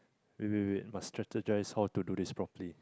wait wait wait must strategist how to do this properly